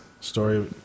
story